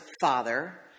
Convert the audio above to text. father